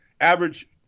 average